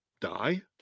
die